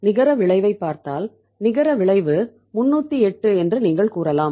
இதன் நிகர விளைவைப் பார்த்தால் நிகர விளைவு 308 என்று நீங்கள் கூறலாம்